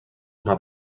una